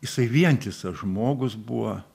jisai vientisas žmogus buvo